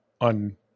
on